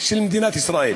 של מדינת ישראל